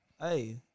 hey